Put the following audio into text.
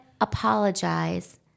apologize